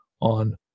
on